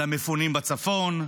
על המפונים בצפון,